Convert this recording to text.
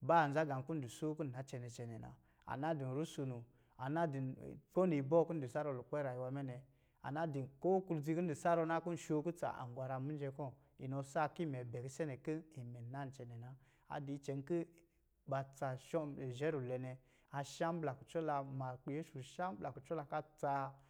ban za gā kɔ̄ n di so kɔ̄ na cɛnɛ cɛnɛ na. A na di rusono, a na di ko nibɔ̄ kɔ̄ di sarɔ n rayuwa mɛ nɛ, a na di ko klodzi kɔ̄ di sarɔ na, kɔ̄ shookutsa, an gwaran mijɛ kɔ. inɔ sa ki mɛ bɛ kise nɛ kin imɛ nan cɛnɛ na. A di icɛn ki ba tsa cɔm zhe rulwɛ nɛ. A sha mblā kucɔ la ma kɔ̄ yɛsu sha mblā kucɔ la ka tsaa.